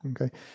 okay